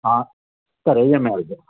ਹਾਂ ਘਰੇ ਈ ਆ ਮੈ